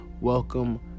welcome